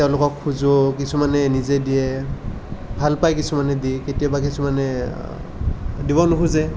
তেওঁলোকক খুজোঁ কিছুমানে নিজে দিয়ে ভাল পাই কিছুমানে দি কেতিয়াবা কিছুমানে দিব নোখোজে